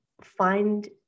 Find